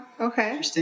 Okay